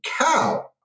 cow